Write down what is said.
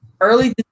Early